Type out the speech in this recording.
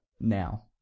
Now